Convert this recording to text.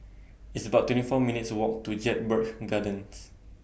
It's about twenty four minutes' Walk to Jedburgh Gardens